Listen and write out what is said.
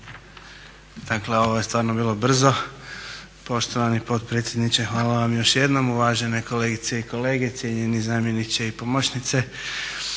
Dakle ovo je stvarno bilo brzo. Poštovani potpredsjedniče hvala vam još jednom. Uvažene kolegice i kolege, cijenjeni zamjeniče i pomoćnice.